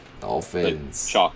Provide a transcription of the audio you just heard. Dolphins